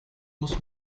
muss